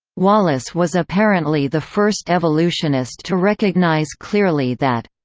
wallace was apparently the first evolutionist to recognize clearly that.